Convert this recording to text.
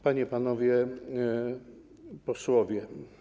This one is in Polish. Panie i Panowie Posłowie!